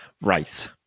Right